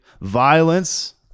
violence